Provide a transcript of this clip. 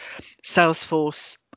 Salesforce